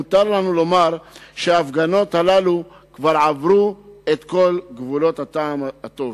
מותר לנו לומר שההפגנות הללו כבר עברו את כל גבולות הטעם הטוב.